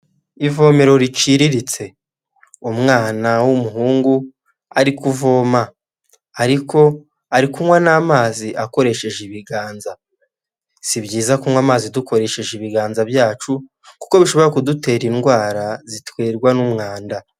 Ivomero riciriritse umwana w'umuhungu ari kuvoma ariko ari kunywa n'amazi akoresheje ibiganza si byiza kunywa amazi dukoresheje ibiganza byacu kuko bishobora kudutera indwara ziterwa n'umwanda.